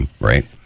right